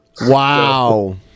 Wow